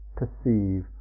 perceive